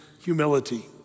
humility